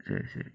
ശരി ശരി